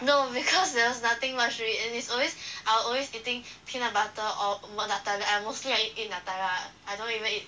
no because there was nothing much to eat and it's always I'm always eating peanut butter or med~ Nutella I mostly I eat Nutella I don't even eat